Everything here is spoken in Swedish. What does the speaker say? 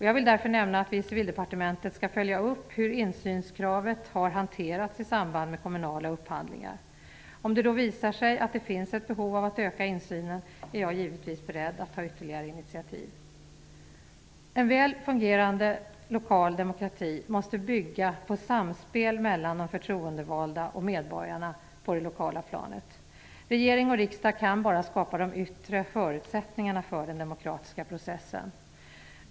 Jag vill därför nämna att vi i Civildepartementet skall följa upp hur insynskravet har hanterats i samband med kommunala upphandlingar. Om det visar sig att det finns ett behov av att öka insynen är jag givetvis beredd att ta ytterligare initiativ. En väl fungerande lokal demokrati måste bygga på samspel mellan de förtroendevalda och medborgarna på det lokala planet. Regeringen och riksdagen kan bara skapa de yttre förutsättningarna för den demokratiska processen.